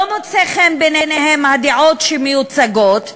לא מוצאות חן בעיניהם הדעות שמיוצגות,